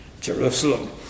Jerusalem